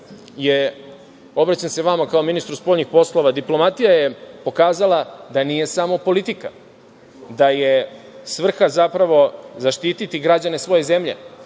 obraćam se vama kao ministru spoljnih poslova, pokazala da nije samo politika, da je svrha zapravo zaštititi građane svoje zemlje.